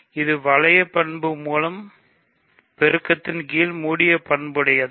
இது வளைய உறுப்பு மூலம் பெருக்கத்தின் கீழ் மூடிய பண்புடையதா